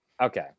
okay